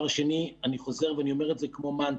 דבר שני, אני חוזר ואני אומר את זה כמו מנטרה.